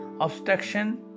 obstruction